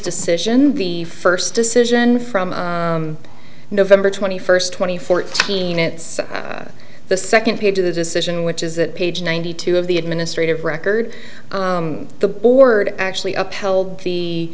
decision the first decision from november twenty first twenty fourteen it's the second page of the decision which is that page ninety two of the administrative record the board actually upheld the